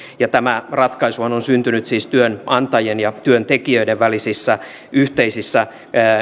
ja tämä ratkaisuhan on syntynyt siis työnantajien ja työntekijöiden välisissä yhteisissä